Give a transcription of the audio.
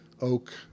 oak